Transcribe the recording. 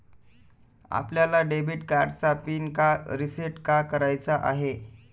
आपल्याला डेबिट कार्डचा पिन का रिसेट का करायचा आहे?